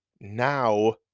now